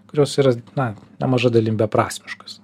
kurios yra na nemaža dalim beprasmiškos